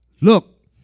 look